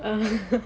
um